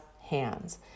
hands